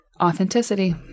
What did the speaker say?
Authenticity